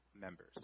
members